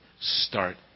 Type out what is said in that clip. Start